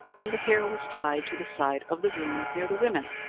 and the hare was tied to the side of the room near the women.